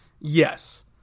Yes